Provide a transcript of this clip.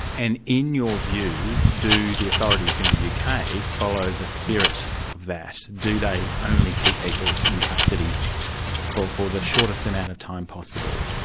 and in your view, do the authorities in the uk follow the spirit of that? do they only keep people in custody for for the shortest amount of time possible?